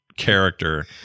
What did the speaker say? character